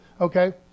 Okay